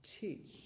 teach